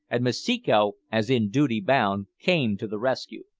and masiko, as in duty bound, came to the rescue.